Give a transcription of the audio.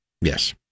Yes